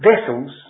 vessels